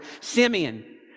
Simeon